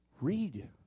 Read